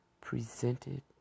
presented